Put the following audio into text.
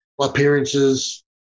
appearances